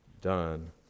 done